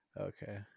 Okay